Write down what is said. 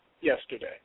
yesterday